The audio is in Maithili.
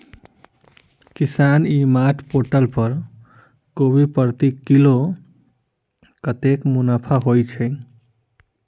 किसान ई मार्ट पोर्टल पर कोबी प्रति किलो कतै मुनाफा होइ छै?